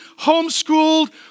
homeschooled